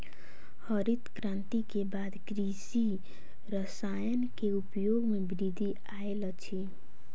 हरित क्रांति के बाद कृषि रसायन के उपयोग मे वृद्धि आयल अछि